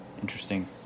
interesting